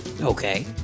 Okay